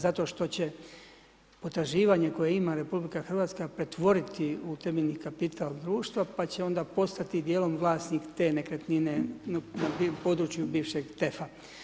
Zato što će potraživanje koje ima RH pretvoriti u temeljni kapital društva pa će onda postati i dijelom vlasnik te nekretnine na području bišveg TEF-a.